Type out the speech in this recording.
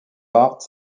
art